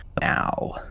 now